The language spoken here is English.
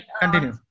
continue